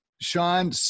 Sean